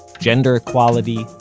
gender equality.